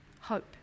hope